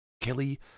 Kelly